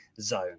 zone